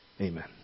Amen